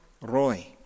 Roy